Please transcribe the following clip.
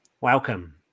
Welcome